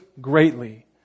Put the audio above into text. greatly